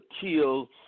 kill